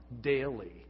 daily